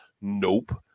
Nope